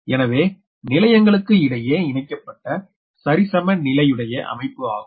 எனவே நிலையகங்களுக்கு இடையே இணைக்கப்பட்ட சரிசமநிலையுடைய அமைப்பு ஆகும்